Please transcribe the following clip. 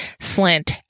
Slant